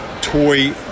toy